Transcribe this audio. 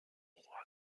roi